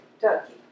Turkey